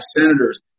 senators